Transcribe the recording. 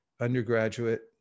undergraduate